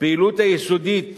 הפעילות היסודית